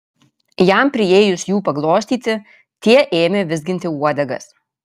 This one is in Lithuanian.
jam priėjus jų paglostyti tie ėmė vizginti uodegas